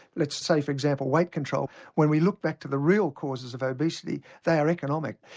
let's say for example weight control, when we look back to the real causes of obesity they are economic.